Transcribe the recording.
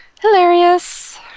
Hilarious